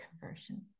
conversion